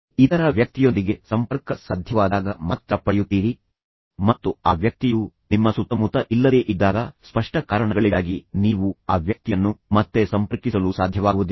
ಆದ್ದರಿಂದ ನೀವು ಇತರ ವ್ಯಕ್ತಿಯೊಂದಿಗೆ ಸಂಪರ್ಕ ಸಾಧಿಸಲು ಸಾಧ್ಯವಾದಾಗ ಮಾತ್ರ ನೀವು ಅದನ್ನು ಪಡೆಯುತ್ತೀರಿ ಮತ್ತು ಆ ವ್ಯಕ್ತಿ ಅಥವಾ ಆ ವ್ಯಕ್ತಿಯು ನಿಮ್ಮ ಸುತ್ತಮುತ್ತ ಇಲ್ಲದೇ ಇದ್ದಾಗ ಸ್ಪಷ್ಟ ಕಾರಣಗಳಿಗಾಗಿ ನೀವು ಆ ವ್ಯಕ್ತಿಯನ್ನು ಮತ್ತೆ ಸಂಪರ್ಕಿಸಲು ಸಾಧ್ಯವಾಗುವುದಿಲ್ಲ